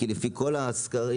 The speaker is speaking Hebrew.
כי לפי כל הסקרים